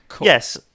Yes